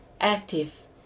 active